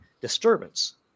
disturbance